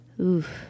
Oof